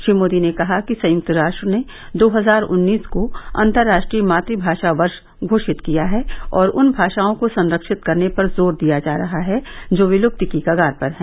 श्री मोदी ने कहा कि संयुक्त राष्ट्र ने दो हजार उन्नीस को अंतर्राष्ट्रीय मातुभाषा वर्ष घोषित किया है और उन भाषाओं को संरक्षित करने पर जोर दिया जा रहा है जो विलुप्ति की कगार पर हैं